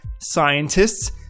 scientists